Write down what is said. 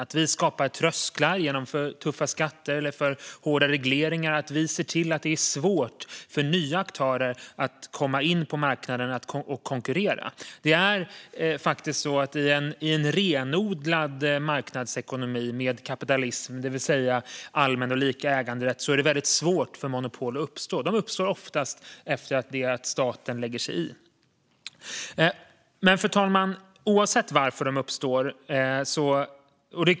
Man skapar trösklar genom tuffa skatter eller för hårda regleringar och ser till att det är svårt för nya aktörer att komma in på marknaden och konkurrera. Det är faktiskt så att i en renodlad marknadsekonomi med kapitalism, det vill säga allmän och lika äganderätt, är det väldigt svårt för monopol att uppstå. De uppstår oftast efter att staten lagt sig i.